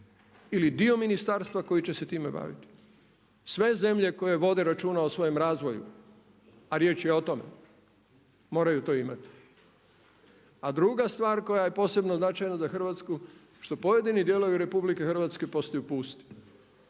ili dio ministarstva koje će se time baviti. Sve zemlje koje vode računa o svojem razvoju, a riječ je o tome, moraju to imati. A druga stvar koja je posebno značajna za Hrvatsku što pojedini dijelovi RH postaju pusti.